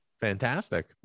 Fantastic